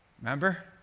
remember